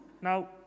Now